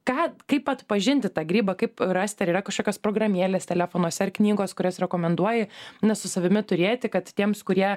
ką kaip atpažinti tą grybą kaip rasti ar yra kažkokios programėlės telefonuose ar knygos kurias rekomenduoji na su savimi turėti kad tiems kurie